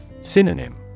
Synonym